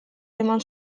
eman